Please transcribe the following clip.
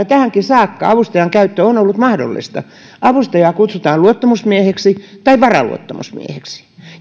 tähänkin saakka avustajan käyttö on ollut mahdollista avustajaa kutsutaan luottamusmieheksi tai varaluottamusmieheksi